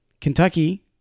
Kentucky